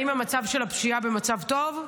האם המצב של הפשיעה במצב טוב?